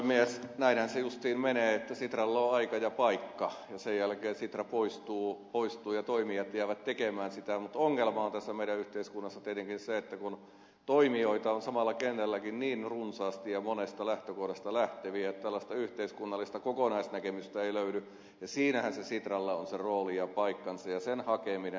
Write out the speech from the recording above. näinhän se justiin menee että sitralla on aika ja paikka ja sen jälkeen sitra poistuu ja toimijat jäävät tekemään sitä mutta ongelma on tässä meidän yhteiskunnassamme tietenkin se että kun toimijoita on samalla kentälläkin niin runsaasti ja monesta lähtökohdasta lähteviä että tällaista yhteiskunnallista kokonaisnäkemystä ei löydy ja siinähän se sitralla on se rooli ja paikkansa ja sen hakeminen